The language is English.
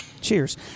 Cheers